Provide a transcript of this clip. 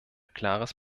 klares